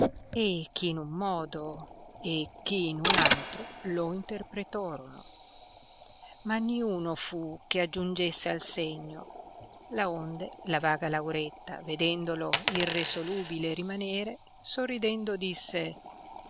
e chi in uno modo e chi in un altro lo interpretorono ma niuno fu che aggiungesse al segno laonde la vaga lauretta vedendolo irresolubile rimanere sorridendo disse